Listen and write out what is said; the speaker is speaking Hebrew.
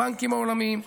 הבנקים העולמיים.